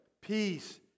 peace